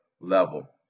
level